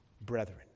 brethren